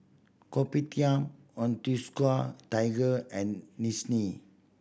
Kopitiam Onitsuka Tiger and